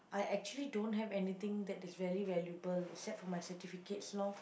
I actually don't have anything that is very valuable except for my certificates lor